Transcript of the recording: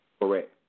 Correct